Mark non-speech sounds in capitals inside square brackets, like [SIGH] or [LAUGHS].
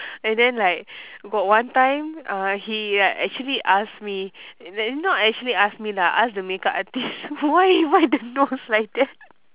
and then like got one time uh he like actually ask me not actually not ask lah me ask the makeup artist [LAUGHS] why why the nose like that